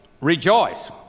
Rejoice